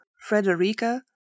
Frederica